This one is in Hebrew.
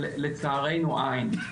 של לצערנו איין.